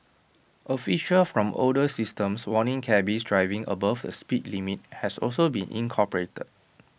A feature from older systems warning cabbies driving above the speed limit has also been incorporated